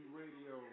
radio